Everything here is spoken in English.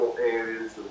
areas